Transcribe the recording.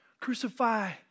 Crucify